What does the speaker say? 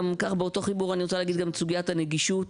לגבי סוגיית הנגישות,